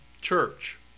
church